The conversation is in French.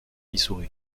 missouri